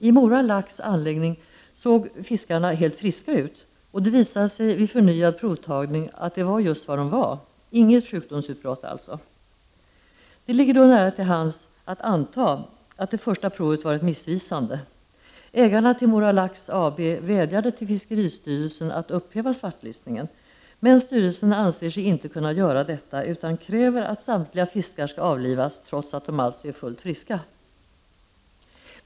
I Mora Lax anläggning såg fiskarna helt friska ut, och det visade sig vi förnyad provtagning att det var just var de var; inget sjukdomsutbrott alltså. Det ligger då nära till hands att anta att det första provet varit missvisande. Ägarna till Mora Lax AB vädjade till fiskeristyrelsen att upphäva svartlistningen. Men styrelsen anser sig inte kunna göra detta utan kräver att samtliga fiskar skall avlivas, trots att de alltså är fullt friska.